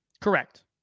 correct